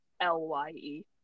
L-Y-E